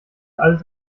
alles